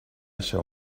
shall